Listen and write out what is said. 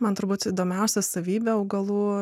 man turbūt įdomiausia savybė augalų